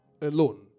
alone